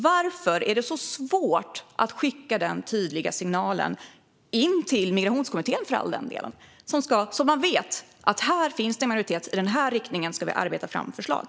Varför är det så svårt att skicka den tydliga signalen - inte minst till migrationskommittén så att den vet att i den här riktningen finns det majoritet, så i den här riktningen ska vi arbeta fram förslag?